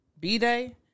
B-Day